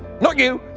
not you!